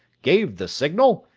gave the signal,